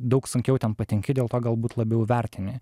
daug sunkiau ten patenki dėl to galbūt labiau vertini